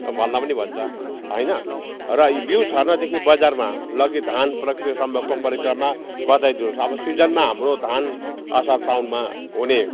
भन्दा पनि भन्छ होइन र बिउ छर्न देखि बजारमा लगी धान प्रक्रिया सम्भवको परिक्रममा बधाइ दिन्छ अब सिजनमा हाम्रो धान असार साउनमा हुने